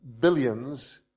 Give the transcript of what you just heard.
billions